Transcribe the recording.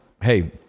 hey